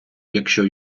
якщо